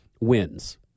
wins